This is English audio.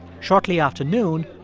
shortly after noon,